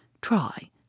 Try